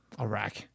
Iraq